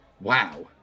Wow